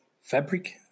fabric